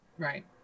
Right